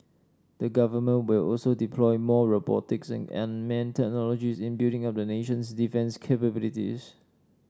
the Government will also deploy more robotics and unmanned technologies in building up the nation's defence capabilities